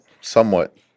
somewhat